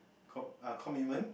com~ err commitment